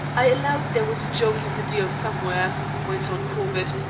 i allowed there was a joke in the deal, somewhere, went on corbett,